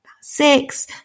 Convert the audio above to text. six